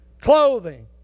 clothing